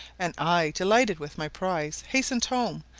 and i, delighted with my prize, hastened home,